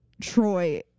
troy